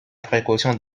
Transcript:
précaution